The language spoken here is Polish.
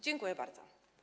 Dziękuję bardzo.